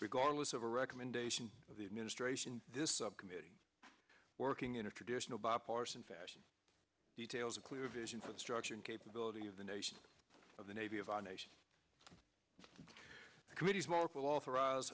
regardless of a recommendation of the administration this subcommittee working in a traditional bipartisan fashion details a clear vision for the structure and capability of the nation of the navy of our nation committees mark will authorize